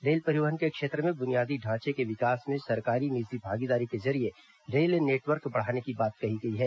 rail परिवहन के क्षेत्र में बुनियादी ढ़ाचे के विकास में सरकारी निजी भागीदारी के जरिए रेल नेटवर्क बढ़ाने की बात कही गई है